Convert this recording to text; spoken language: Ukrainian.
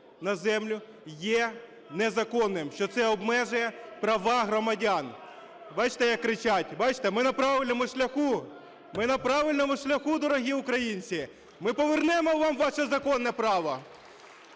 на землю є незаконним, що це обмежує права громадян. Бачите, як кричать, бачите? Ми на правильному шляху. Ми на правильному шляху, дорогі українці! Ми повернемо вам ваше законне право.